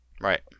Right